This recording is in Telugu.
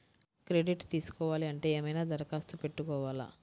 క్రెడిట్ తీసుకోవాలి అంటే ఏమైనా దరఖాస్తు పెట్టుకోవాలా?